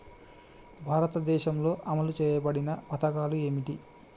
భారతదేశంలో అమలు చేయబడిన పథకాలు ఏమిటి?